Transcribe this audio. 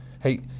Hey